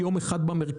יום אחד במרכז,